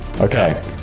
Okay